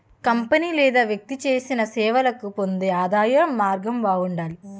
company లేదా వ్యక్తి చేసిన సేవలకు పొందే ఆదాయం మార్గం బాగుండాలి